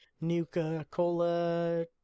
Nuka-Cola